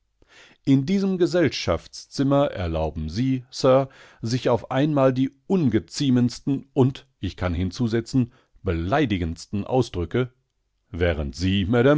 in diesem gesellschaftszimmer erlauben sie sir sich auf einmal die ungeziemendsten und ich kann hinzusetzen beleidigendstenausdrücke währendsie